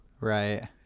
Right